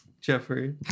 Jeffrey